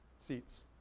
seats.